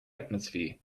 atmosphere